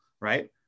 right